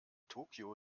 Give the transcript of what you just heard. tokyo